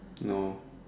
no